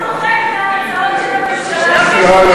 צוחק מההצעות של הממשלה.